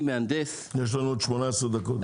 אני מהנדס --- יש לנו עוד 18 דקות.